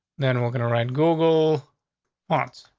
then we're gonna write google once.